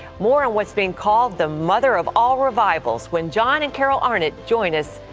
more on what is being called the mother of all revivals, when john and carol arnott join us,